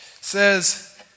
says